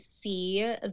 see